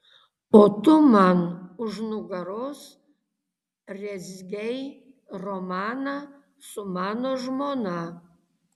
o tu man už nugaros rezgei romaną su mano žmona